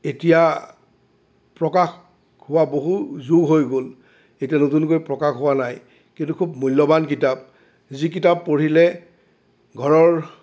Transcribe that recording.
এতিয়া প্ৰকাশ হোৱা বহু যুগ হৈ গ'ল এতিয়া নতুনকৈ প্ৰকাশ হোৱা নাই কিন্তু খুব মূল্যৱান কিতাপ যি কিতাপ পঢ়িলে ঘৰৰ